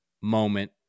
moment